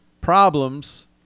problems